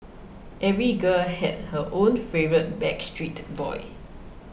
every girl had her own favourite Backstreet Boy